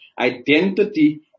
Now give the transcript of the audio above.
identity